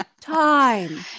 time